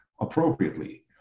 appropriately